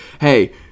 hey